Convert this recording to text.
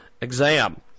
exam